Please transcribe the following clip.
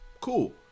cool